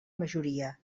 majoria